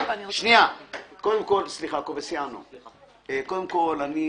קודם כול,